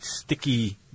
sticky